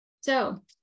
So-